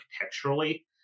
architecturally